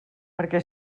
perquè